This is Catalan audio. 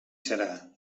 serà